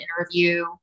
interview